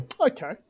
Okay